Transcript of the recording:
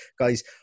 guys